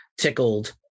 tickled